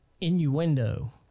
innuendo